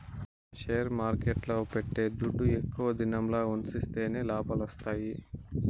మనం షేర్ మార్కెట్ల పెట్టే దుడ్డు ఎక్కువ దినంల ఉన్సిస్తేనే లాభాలొత్తాయి